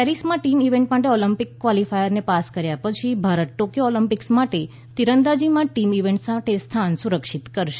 પેરિસમાં team event માટે Olympic ક્વોલિફાયર્સને પાસ કર્યા પછી ભારત ટોક્યો ઓલિમ્પિક્સ માટે તીરંદાજીમાં ટીમ ઇવેન્ટ માટે સ્થાન સુરક્ષિત કરશે